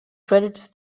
credits